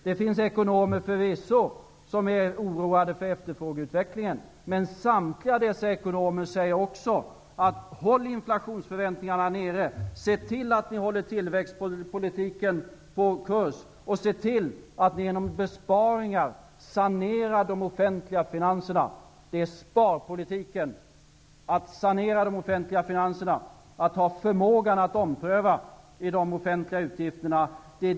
Det finns förvisso ekonomer som är oroade för efterfrågeutvecklingen, men samtliga dessa ekonomer säger också: Håll inflationsförväntningarna nere, se till att tillväxtpolitiken hålls på kurs och se till att genom besparingar sanera de offentliga finanserna. Det är sparpolitiken: att sanera de offentliga finanserna och att ha förmågan att ompröva när det gäller de offentliga utgifterna.